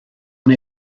neu